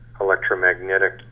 electromagnetic